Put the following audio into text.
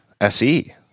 SE